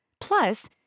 Plus